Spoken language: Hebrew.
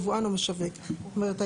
יבואן או משווק זאת אומרת,